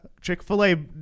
chick-fil-a